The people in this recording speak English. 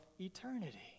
eternity